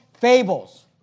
fables